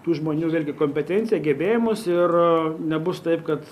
tų žmonių vėlgi kompetenciją gebėjimus ir nebus taip kad